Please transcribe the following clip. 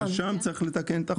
שם צריך לתקן את החוק.